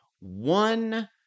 one